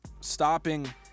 stopping